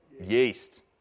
Yeast